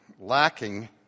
lacking